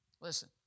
Listen